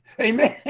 Amen